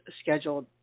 scheduled